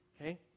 Okay